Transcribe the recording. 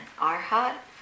arhat